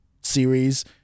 series